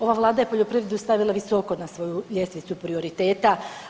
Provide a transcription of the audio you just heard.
Ova Vlada je poljoprivredu stavila visoko na svoju ljestvicu prioriteta.